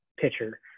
pitcher